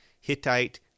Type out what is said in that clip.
Hittite